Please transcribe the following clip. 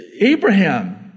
Abraham